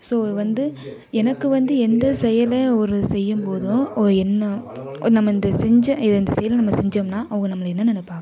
so அது வந்து எனக்கு வந்து எந்த செயலை ஒரு செய்யும்போதோ என்ன நம்ம இந்த செஞ்ச இதை இந்த செயலை நம்ம செஞ்சோம்னா அவங்க நம்மளை என்ன நெனப்பாங்க